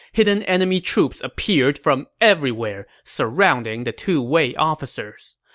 hidden enemy troops appeared from everywhere, surrounding the two wei officers.